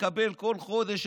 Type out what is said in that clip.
כל חודש,